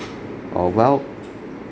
oh well